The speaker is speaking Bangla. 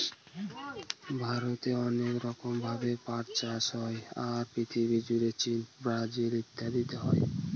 ভারতে অনেক রকম ভাবে পাট চাষ হয়, আর পৃথিবী জুড়ে চীন, ব্রাজিল ইত্যাদিতে হয়